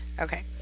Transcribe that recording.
Okay